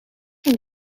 een